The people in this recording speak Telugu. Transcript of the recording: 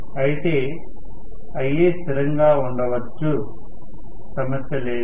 అయితే Ia స్థిరంగా ఉండవచ్చు సమస్య లేదు